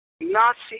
Nazi